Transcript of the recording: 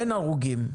אין הרוגים.